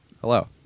Hello